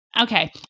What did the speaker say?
Okay